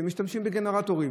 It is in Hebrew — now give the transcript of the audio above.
שמשתמשים בגנרטורים,